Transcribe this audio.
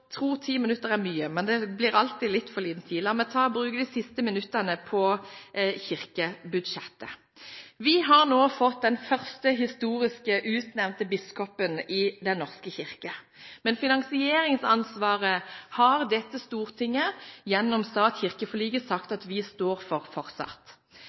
tro ti minutter er mye, men det blir alltid litt for liten tid! La meg bruke de siste minuttene på kirkebudsjettet. Vi har nå fått den første kirkeutnevnte biskopen i Den norske kirke. Men finansieringsansvaret har dette Stortinget gjennom stat–kirke-forliket sagt at det fortsatt